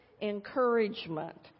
encouragement